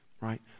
Right